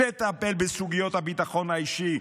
תטפל בסוגיות הביטחון האישי,